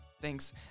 Thanks